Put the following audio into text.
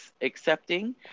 accepting